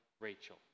Rachel